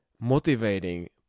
motivating